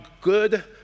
good